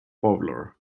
bowler